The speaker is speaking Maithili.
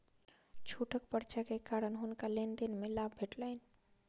छूटक पर्चा के कारण हुनका लेन देन में लाभ भेटलैन